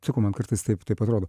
sakau man kartais taip taip atrodo